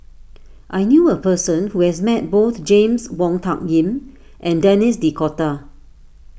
I knew a person who has Met both James Wong Tuck Yim and Denis D'Cotta